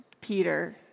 Peter